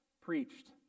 preached